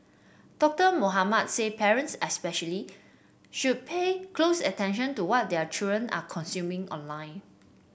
Doctor Mohamed said parents especially should pay close attention to what their children are consuming online